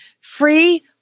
Free